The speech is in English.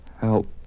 Help